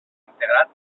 integrat